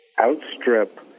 outstrip